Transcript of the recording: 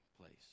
place